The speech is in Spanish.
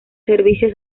servicio